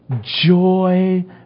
joy